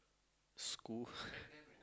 school